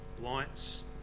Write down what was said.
Lights